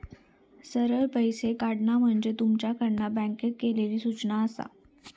सरळ पैशे काढणा म्हणजे तुमच्याकडना बँकेक केलली सूचना आसा